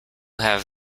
have